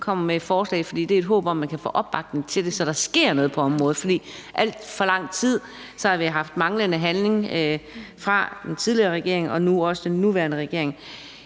kommer med et forslag, fordi det er et håb om, at man kan få opbakning til det, så der sker noget på området. For alt for lang tid har vi haft manglende handling fra den tidligere regering og nu også den nuværende regering.